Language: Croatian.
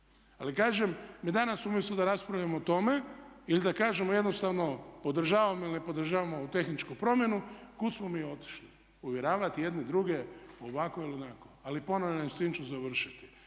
Ali kažem mi danas umjesto da raspravljamo o tome ili da kažemo jednostavno podržavam ili ne podržavam ovu tehničku promjenu kud smo mi otišli? Uvjeravati jedni druge ovako ili onako. Ali ponavljam i s time ću završiti